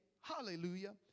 hallelujah